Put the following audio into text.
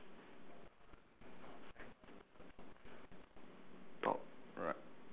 top alright